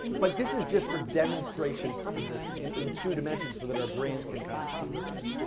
but this is just for demonstration purposes and in two dimensions so that our brains can kind of process it.